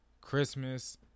Christmas